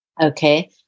Okay